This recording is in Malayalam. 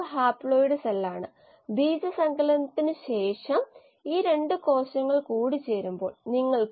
mu എന്നത് a ആയിരിക്കാം അല്ലെങ്കിൽ ഉണ്ടാകില്ല കൂടാതെ മോൾഡ് എന്ന് വിളിക്കപ്പെടുന്ന ജീവികളുമുണ്ട്